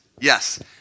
yes